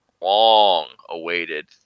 long-awaited